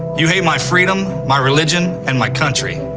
you hate my freedom, my religion and my country,